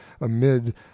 amid